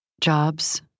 Jobs